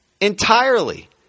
Entirely